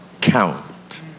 count